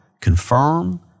confirm